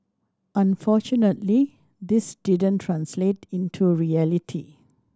unfortunately this didn't translate into reality